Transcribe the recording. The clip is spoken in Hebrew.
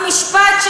מה המשפט?